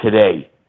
today